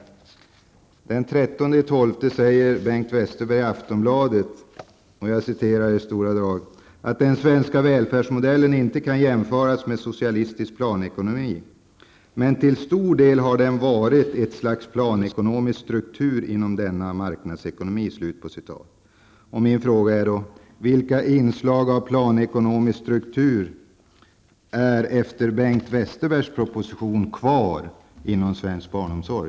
Den 13 december skrev Bengt Westerberg följande i Aftonbladet: ''Den svenska välfärdssektorn kan inte jämföras med planekonomierna i de socialistiska staterna eftersom Sverige i allt väsentligt är en marknadsekonomi. Men till stor del har den varit ett slags planekonomisk struktur inom denna marknadsekonomi.'' Vilka inslag av planekonomisk struktur är efter Bengt Westerbergs proposition kvar inom svensk barnomsorg?